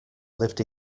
lived